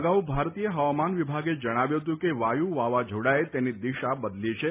અગાઉ ભારતીય હવામાન વિભાગે જણાવ્યું હતું કે વાયુ વાવાઝોડાએ તેની દિશા બદલી છે